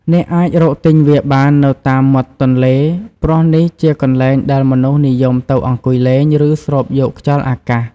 អ្នកអាចរកទិញវាបាននៅតាមមាត់ទន្លេ ព្រោះនេះជាកន្លែងដែលមនុស្សនិយមទៅអង្គុយលេង ឬស្រូបយកខ្យល់អាកាស។